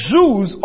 Jews